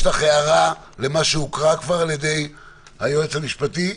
יש לך הערה למה שהוקרא כבר על ידי היועץ המשפטי?